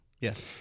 Yes